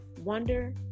wonder